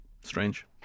Strange